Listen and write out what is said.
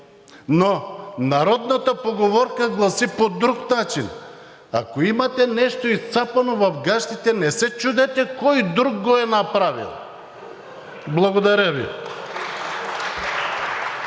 но народната поговорка гласи по друг начин: „Ако имате нещо изцапано в гащите, не се чудете кой друг го е направил!“ Благодаря Ви.